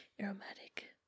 aromatic